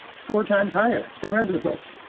four times higher than regular folks.